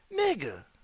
Nigga